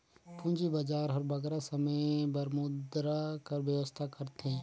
पूंजी बजार हर बगरा समे बर मुद्रा कर बेवस्था करथे